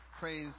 Praise